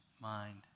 mind